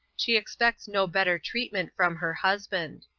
she expects no better treatment from her husband.